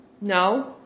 No